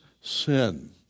sin